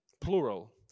plural